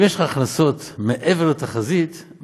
אם יש לך הכנסות מעבר לתחזית,